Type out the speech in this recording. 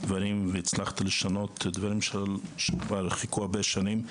דברים והצלחת לשנות דברים שכבר חיכו הרבה שנים.